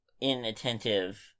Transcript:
inattentive